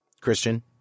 Christian